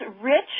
Rich